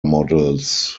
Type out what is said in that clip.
models